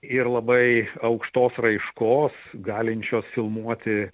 ir labai aukštos raiškos galinčios filmuoti